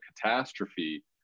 catastrophe